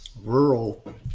rural